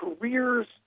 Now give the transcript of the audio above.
careers